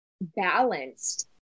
balanced